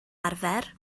arfer